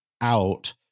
out